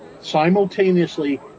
simultaneously